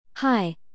Hi